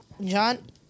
John